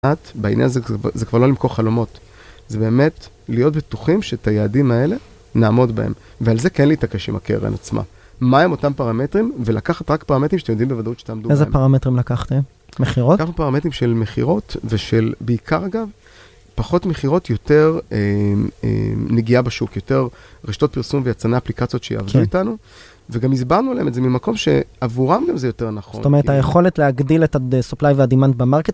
בעניין הזה, זה כבר לא למכור חלומות. זה באמת להיות בטוחים שאת היעדים האלה, נעמוד בהם. ועל זה כן להתעקש עם הקרן עצמה. מהם אותם פרמטרים, ולקחת רק פרמטרים שאתם יודעים בוודאות שאתה עמדו בהם. איזה פרמטרים לקחתם? מכירות? לקחנו פרמטרים של מכירות, ושל, בעיקר אגב, פחות מכירות, יותר נגיעה בשוק, יותר רשתות פרסום ויצרני אפליקציות שיעבדו איתנו. וגם הסברנו עליהם את זה ממקום שעבורם גם זה יותר נכון. זאת אומרת, היכולת להגדיל את ה-supply וה-demand במרקט,